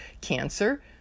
cancer